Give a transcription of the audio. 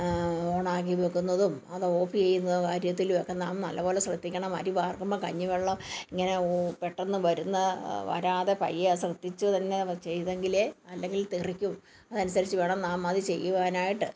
ഓണാക്കി വെക്കുന്നതും അത് ഓഫ് ചെയ്യുന്ന കാര്യത്തിലൊക്കെ നാം നല്ല പോലെ ശ്രദ്ധിക്കണം അരി വർക്കുമ്പോൾ കഞ്ഞിവെള്ളം ഇങ്ങനെ പെട്ടന്ന് വരുന്ന വരാതെ പയ്യെ ശ്രദ്ധിച്ച് തന്നെ ചെയ്തെങ്കിലേ അല്ലെങ്കിൽ തെറിക്കും അതനുസരിച്ച് വേണം നാം അത് ചെയ്യുവാനായിട്ട്